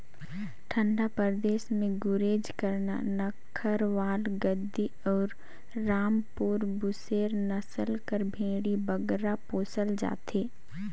ठंडा परदेस में गुरेज, करना, नक्खरवाल, गद्दी अउ रामपुर बुसेर नसल कर भेंड़ी बगरा पोसल जाथे